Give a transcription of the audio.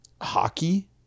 hockey